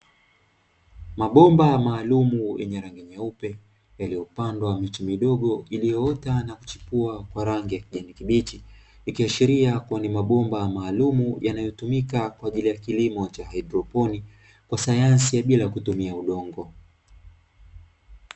Mabomba maalumu yenye rangi nyeupe yaliyopandwa miche midogo iliyoota na kuchipua kwa rangi ya kijani kibichi, ikiashiria kuwa ni mabomba maalumu yanayotumika kwa ajili ya kilimo cha haidroponi sayansi ya bila kutumia udongo.